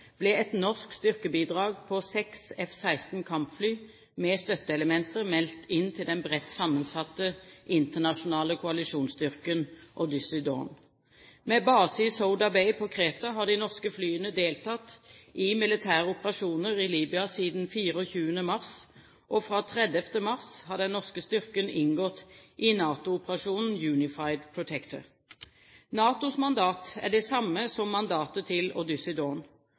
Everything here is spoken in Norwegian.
ble et norsk styrkebidrag på seks F-16 kampfly med støtteelementer meldt inn til den bredt sammensatte internasjonale koalisjonsstyrken Odyssey Dawn. Med base i Souda Bay på Kreta har de norske flyene deltatt i militære operasjoner i Libya siden 24. mars, og fra 30. mars har den norske styrken inngått i NATO-operasjonen Unified Protector. NATOs mandat er det samme som mandatet til